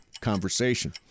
conversation